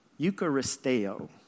Eucharisteo